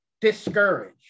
discouraged